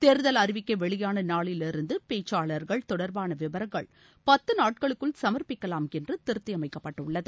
தேர்தல் அறிவிக்கை வெளியான நாளிலிருந்து பேச்சாளர்கள் தொடர்பான விவரங்கள் பத்து நாட்களுக்குள் சமர்ப்பிக்கலாம் என்று திருத்தியமைக்கப்பட்டுள்ளது